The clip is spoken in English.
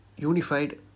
Unified